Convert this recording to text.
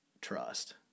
Trust